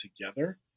together